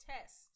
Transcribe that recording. test